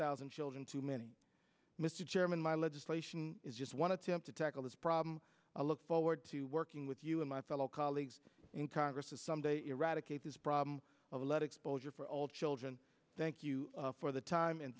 thousand children too many mr chairman my legislation is just one attempt to tackle this problem i look forward to working with you and my fellow colleagues in congress to someday eradicate this problem of lead exposure for all the thank you for the time and